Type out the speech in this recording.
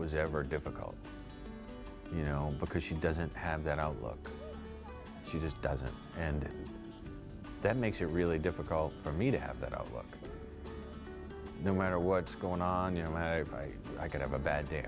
was ever difficult you know because she doesn't have that outlook she just doesn't and that makes a really difficult for me to have that outlook no matter what's going on you know why i could have a bad